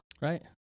Right